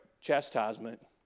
chastisement